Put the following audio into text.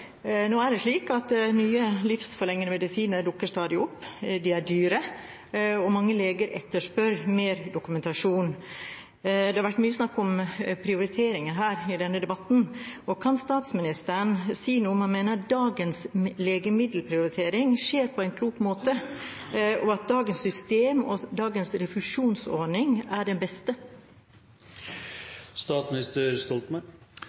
Nye livsforlengende medisiner dukker stadig opp. De er dyre, og mange leger etterspør mer dokumentasjon. Det har vært mye snakk om prioriteringer i denne debatten. Kan statsministeren si om han mener at dagens legemiddelprioritering skjer på en klok måte – og at dagens system og dagens refusjonsordning er den